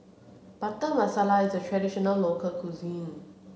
Butter Masala is a traditional local cuisine